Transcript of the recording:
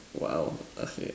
well ahead